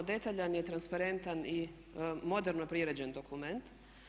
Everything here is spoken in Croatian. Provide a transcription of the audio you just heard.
Detaljan je, transparentan i moderno priređen dokument.